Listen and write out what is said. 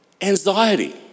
Anxiety